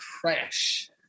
Crash